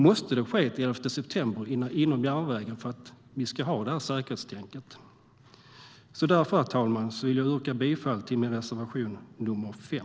Måste det ske ett elfte september inom järnvägen för att vi ska få detta säkerhetstänk? Herr talman! Jag yrkar därför bifall till min reservation 5.